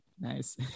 Nice